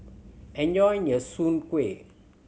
enjoy your Soon Kuih